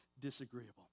disagreeable